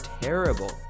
terrible